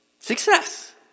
Success